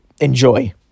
enjoy